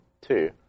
two